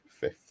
fifth